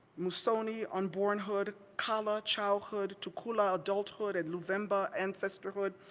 musoni, unbornhood, kala, childhood, tukula, adulthood, and luvemba, ancestorhood.